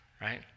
right